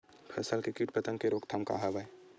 फसल के कीट पतंग के रोकथाम का का हवय?